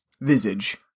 visage